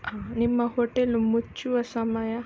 ನಿಮ್ಮ ಹೋಟೆಲು ಮುಚ್ಚುವ ಸಮಯ